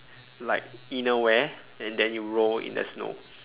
like inner wear and then you roll in the snow